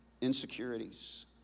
insecurities